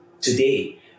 today